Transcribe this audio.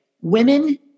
Women